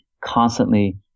constantly